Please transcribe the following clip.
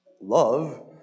Love